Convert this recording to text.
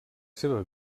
seva